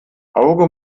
auge